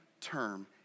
term